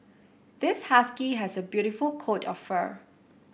this husky has a beautiful coat of fur